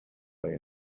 play